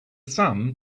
sum